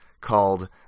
called